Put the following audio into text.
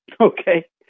Okay